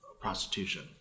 prostitution